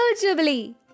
Jubilee